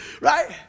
Right